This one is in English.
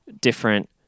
different